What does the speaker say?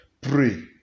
Pray